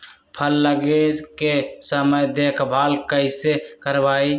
फल लगे के समय देखभाल कैसे करवाई?